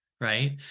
Right